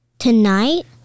Tonight